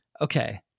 okay